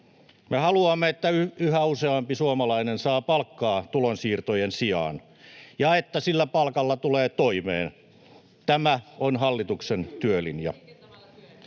me haluamme, että yhä useampi suomalainen saa palkkaa tulonsiirtojen sijaan ja että sillä palkalla tulee toimeen. Tämä on hallituksen työlinja.